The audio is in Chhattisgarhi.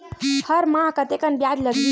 हर माह कतेकन ब्याज लगही?